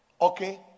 okay